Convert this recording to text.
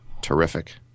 terrific